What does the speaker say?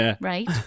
right